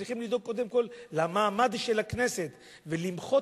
צריכים לדאוג קודם כול למעמד של הכנסת ולמחות